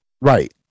right